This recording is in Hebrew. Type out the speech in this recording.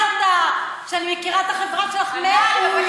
שאני מכירה את החברה שלך מעולה,